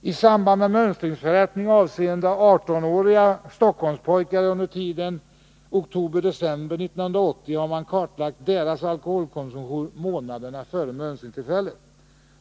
I samband med mönstringsförrättning avseende 18-åriga Stockholmspojkar under tiden oktober-december 1980 har man kartlagt deras alkoholkonsumtion månaderna före mönstringstillfället.